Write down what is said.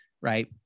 right